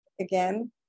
again